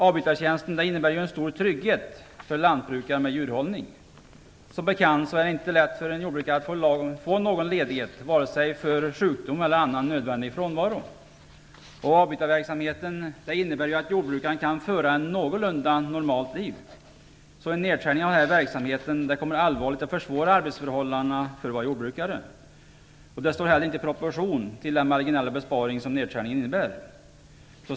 Avbytarverksamheten innebär en stor trygghet för lantbrukare med djurhållning. Som bekant är det inte lätt för en jordbrukare att få någon ledighet, vare sig vid sjukdom eller annan nödvändig frånvaro. Avbytarverksamheten innebär att jordbrukaren kan ha ett någorlunda normalt liv. En nedskärning av denna verksamhet kommer allvarligt att försvåra arbetsförhållandena för våra jordbrukare. En sådan nedskärning står heller inte i proportion till den marginella besparing som den innebär.